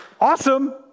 awesome